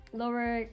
lower